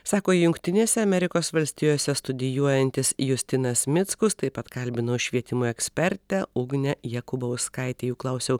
sako jungtinėse amerikos valstijose studijuojantis justinas mickus taip pat kalbinau švietimo ekspertę ugnė jakubauskaitę jų klausiau